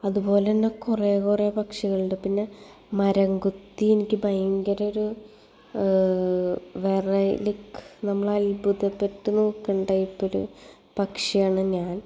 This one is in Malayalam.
അതുപോലെ തന്നെ കുറെ കുറെ പക്ഷികളുണ്ട് പിന്നെ മരം കൊത്തി എനിക്ക് ഭയങ്കരൊരു വെറൈലക്ക് നമ്മൾ അത്ഭുതപ്പെട്ട് നോക്കും ടൈപ്പ് ഒരു പക്ഷിയാണ് ഞാൻ